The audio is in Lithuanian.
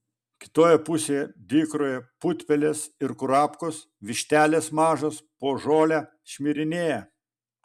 kitoje pusėje dykroje putpelės ir kurapkos vištelės mažos po žolę šmirinėja